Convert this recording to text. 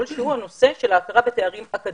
שהוא הנושא של ההכרה בתארים אקדמיים.